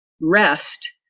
rest